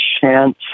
chance